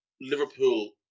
Liverpool